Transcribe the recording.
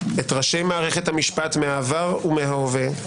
את ראשי מערכת המשפט מהעבר ומההווה,